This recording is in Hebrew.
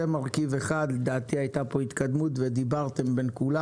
זה מרכיב אחד ולדעתי הייתה פה התקדמות ודיברתי עם כולם.